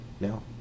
No